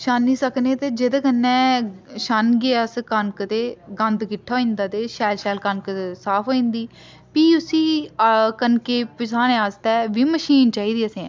छानी सकने ते जेह्दे कन्नै छानगे अस कनक ते गंद किट्ठा होई जंदा ते शैल शैल कनक साफ होई जंदी फ्ही उसी कनकै पजाने आस्तै बी मशीन चाहिदी असें